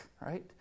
Right